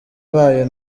bayo